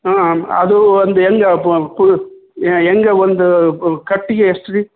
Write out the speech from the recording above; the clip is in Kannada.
ಹಾಂ ಅದು ಒಂದು ಹೆಂಗೆ ಹೆಂಗೆ ಒಂದು ಕಟ್ಟಿಗೆ ಎಷ್ಟು ರೀ